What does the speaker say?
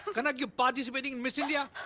kanak, you're participating in miss. india.